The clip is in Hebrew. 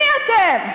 מי אתם?